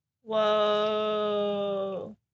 Whoa